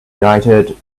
united